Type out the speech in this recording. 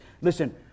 listen